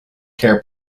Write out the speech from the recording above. care